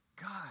God